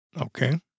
Okay